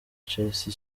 chelsea